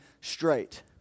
straight